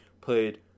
played